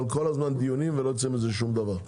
כל הזמן עושים דיונים, ולא יוצא מהם שום דבר.